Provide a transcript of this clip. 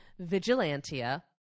Vigilantia